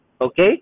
okay